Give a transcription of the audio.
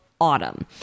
Autumn